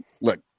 Look